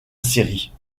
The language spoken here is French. série